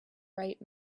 bright